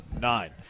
Nine